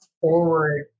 forward